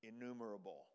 innumerable